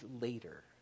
later